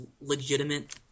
legitimate